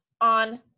on